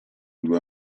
due